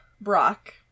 Brock